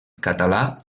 català